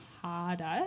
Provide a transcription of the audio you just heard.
harder